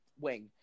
wing